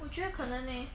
我觉得可能 leh